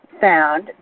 found